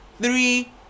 three